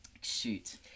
Shoot